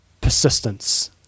persistence